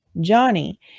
Johnny